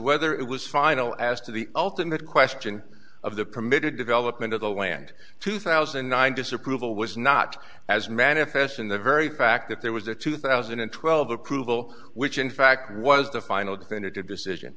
whether it was final as to the ultimate question of the permitted development of the land two thousand and nine disapproval was not as manifest in the very fact that there was a two thousand and twelve approval which in fact was the final de